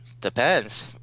Depends